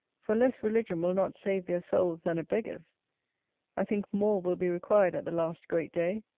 for less religion will not save their souls than a beggar's i think more will be required at the last great day.